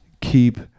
keep